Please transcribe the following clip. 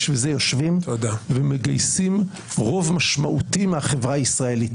בשביל זה יושבים ומגייסים רוב משמעותי מהחברה הישראלית,